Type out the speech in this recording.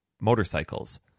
motorcycles